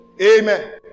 Amen